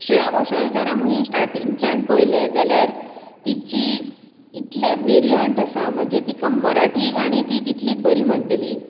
श्रेया घोशाल जर आमी स्टाटिंगच्यान पयलें जाल्यार तिची इतलें वेरियंट आसा म्हणजे तिका मराठी गाणी ती तितलीत बरी म्हणटली